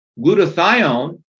Glutathione